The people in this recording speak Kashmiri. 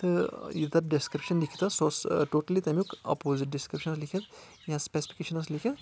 تہٕ یہِ تَتھ ڈِسکِرِٛپشَن لَیکھِتھ سُہ اوس ٹوٹٕلِی تَمیُک اپوزِٹ ڈِسکِرٛپشَنَس لَیکھِتھ یا سِپَیسِفِکَیشَن ٲس لَیکھِتھ